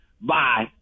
Bye